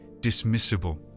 dismissible